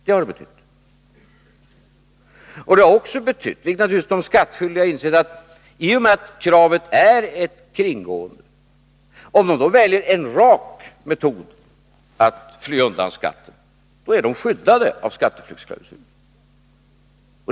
Det har också betytt, vilket naturligtvis de skattskyldiga har insett, att i och med att kravet är ett kringgående och de då väljer en rak metod att fly undan skatten, är de skyddade av skatteflyktsklausulen.